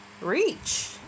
reach